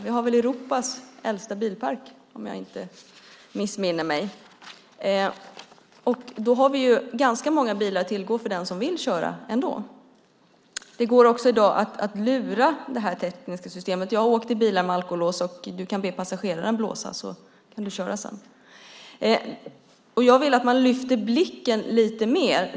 Vi har Europas äldsta bilpark, om jag inte missminner mig. Då har vi många bilar att tillgå för den som vill köra ändå. Det går också i dag att lura det tekniska systemet. Jag har åkt i bilar med alkolås, och man kan be passageraren blåsa. Sedan kan man köra. Jag vill att man lyfter upp blicken lite mer.